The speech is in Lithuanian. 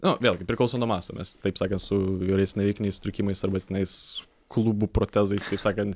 nu vėlgi priklauso nuo masto mes taip sakant su įvairiais navikiniais sutrikimais arba tenais klubų protezais taip sakant